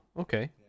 okay